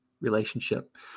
relationship